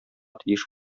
тиеш